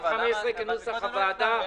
אני אגיש רוויזיה.